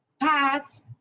pads